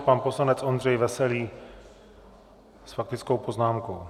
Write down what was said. Pan poslanec Ondřej Veselý s faktickou poznámkou.